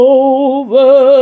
over